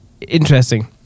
interesting